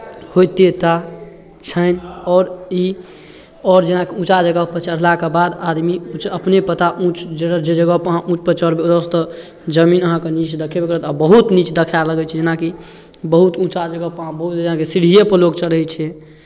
होइते टा छनि आओर ई आओर जेनाकि ऊँचा जगहपर चढ़लाके बाद आदमी अपने पता ऊँच जे ज जग जगहपर अहाँ ऊँचपर चढ़बै ओतयसँ तऽ जमीन अहाँके नीच देखयबे करत आ बहुत नीच देखाए लगै छै जेनाकि बहुत ऊँचा जगहपर अहाँ बहुत जेना कि सीढ़ीएपर लोक चढ़ै छै